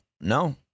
No